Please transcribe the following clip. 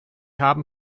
haben